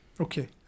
Okay